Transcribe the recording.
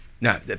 No